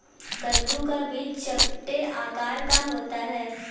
कद्दू का बीज चपटे आकार का होता है